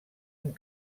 amb